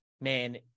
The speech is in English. man